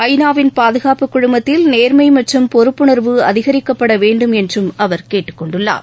ஐநாவின் பாதுகாப்புக் குழுமத்தில் நேர்மை மற்றும் பொறுப்புணர்வு அதிகரிக்கப்பட வேண்டும் என்றும் அவர் கேட்டுக்கொண்டுள்ளார்